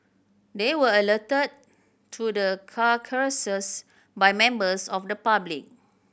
they were alerted to the carcasses by members of the public